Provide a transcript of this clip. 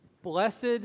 Blessed